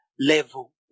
level